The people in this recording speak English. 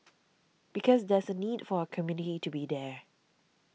because there's a need for a community to be there